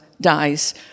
dies